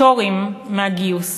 פטורים מהגיוס.